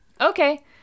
Okay